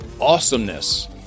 awesomeness